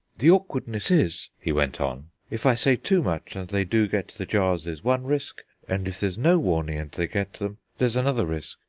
the awkwardness is, he went on, if i say too much and they do get the jars, there's one risk and if there's no warning and they get them, there's another risk.